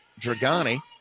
Dragani